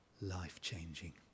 life-changing